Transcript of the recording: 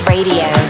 Radio